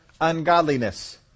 ungodliness